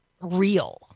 real